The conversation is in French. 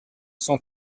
cent